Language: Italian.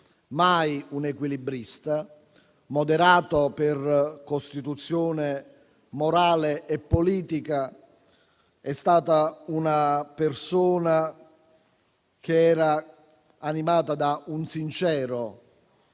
mai un equilibrista, moderato per costituzione morale e politica. È stato una persona animata da un sincero